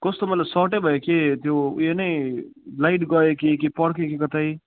कस्तो मतलब सर्टै भयो कि त्यो उयो नै लाइटै गयो कि कि पड्कियो कि कतै